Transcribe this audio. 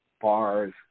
bars